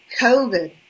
COVID